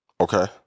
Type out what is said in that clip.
Okay